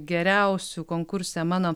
geriausiu konkurse mano